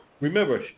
remember